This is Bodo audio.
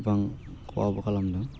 गोबां खहाबो खालामदों